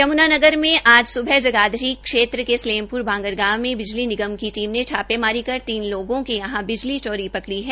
यम्नानगर में आज स्बह जगाधरी क्षेत्र के सलेमपरु बांगर गांव में बिजली निगम की टीम ने छापेमारी कर तीन लोगों के यहां बिजली चोरी पकड़ी है